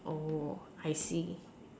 I see